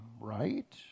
right